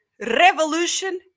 revolution